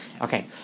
Okay